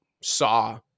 saw